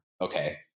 Okay